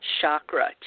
Chakra